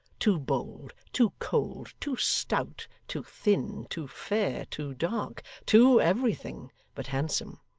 too bold, too cold, too stout, too thin, too fair, too dark too everything but handsome!